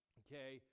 okay